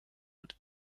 und